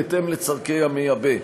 בהתאם לצורכי המייבא.